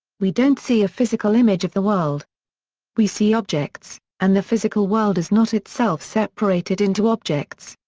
we don't see a physical image of the world we see objects, and the physical world is not itself separated into objects.